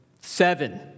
Seven